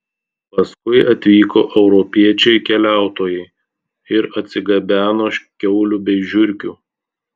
paskui atvyko europiečiai keliautojai ir atsigabeno kiaulių bei žiurkių